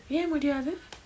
ஏ முடியாது:ye mudiyathu